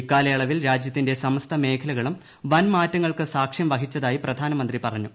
ഇക്കാലയളവിൽ രാജ്യത്തിന്റെ സമസ്ത മേഖലകളും വൻ മാറ്റങ്ങൾക്ക് സാക്ഷൃം വഹിച്ചതായി പ്രധാനമന്ത്രി പറഞ്ഞു